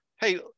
hey